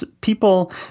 people